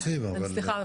--- סליחה,